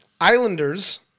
Islanders